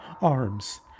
Arms